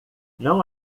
não